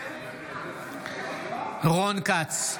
רון כץ,